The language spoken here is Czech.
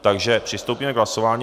Takže přistoupíme k hlasování.